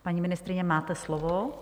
Paní ministryně, máte slovo.